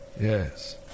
Yes